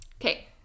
Okay